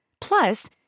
Plus